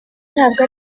ntabwo